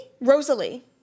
Rosalie